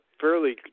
fairly